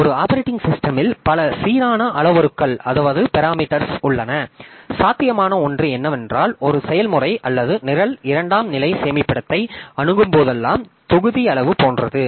ஒரு ஆப்பரேட்டிங் சிஸ்டமில் பல சீரான அளவுருக்கள் உள்ளன சாத்தியமான ஒன்று என்னவென்றால் ஒரு செயல்முறை அல்லது நிரல் இரண்டாம் நிலை சேமிப்பிடத்தை அணுகும்போதெல்லாம் தொகுதி அளவு போன்றது